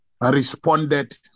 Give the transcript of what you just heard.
responded